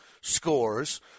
Scores